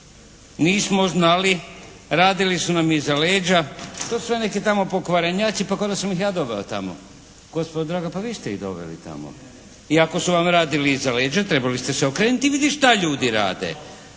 nismo znali, radili su nam iza leđa, to su sve neki tamo pokvarenjaci, pa kao da sam ih ja doveo tamo. Gospodo draga, pa vi ste ih doveli tamo i ako su vam radili iza leđa trebali ste se okrenuti i vidjeti šta ljudi rade,